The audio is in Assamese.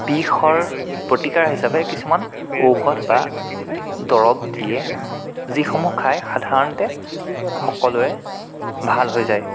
বিষৰ প্ৰতিকাৰ হিচাপে কিছুমান ঔষধ বা দৰৱ দিয়ে যিসমূহ খাই সাধাৰণতে সকলোৱে ভাল হৈ যায়